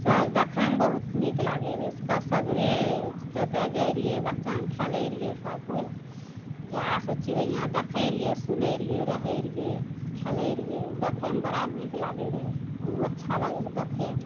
सब देखयमे बहुत नीक लागय रहय क सगरे जतऽ जाइ रहियै बच्चामे खेलय रहियै सबकिछु जे आस चिड़ैया देखय रहियै सुनय रहियै रहय रहियै खेलय रहियै देखयमे बड़ा नीक लागय रहय उ अच्छा लागय रहय देखयमे